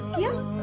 you